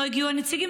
לא הגיעו הנציגים,